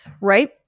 right